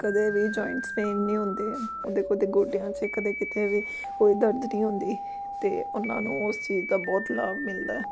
ਕਦੇ ਵੀ joints pain ਨਹੀਂ ਹੁੰਦੇ ਉਹਦੇ ਕਦੇ ਗੋਡਿਆਂ 'ਚ ਕਦੇ ਕਿਤੇ ਵੀ ਕੋਈ ਦਰਦ ਨਹੀਂ ਹੁੰਦੀ ਅਤੇ ਉਹਨਾਂ ਨੂੰ ਉਸ ਚੀਜ਼ ਦਾ ਬਹੁਤ ਲਾਭ ਮਿਲਦਾ